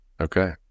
Okay